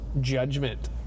judgment